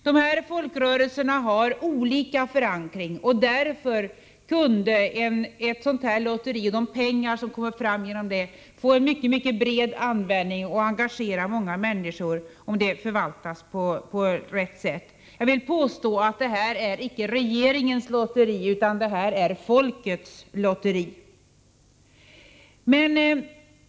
Dessa folkrörelser har olika förankring, och därför kunde de pengar som kommer fram genom ett sådant här lotteri få en mycket bred användning och engagera många människor om de förvaltas på rätt sätt. Jag vill påstå att det här icke är regeringens lotteri utan folkets lotteri.